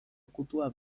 akutua